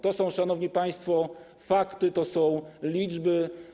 To są, szanowni państwo, fakty, to są liczby.